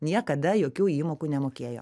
niekada jokių įmokų nemokėjo